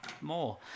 more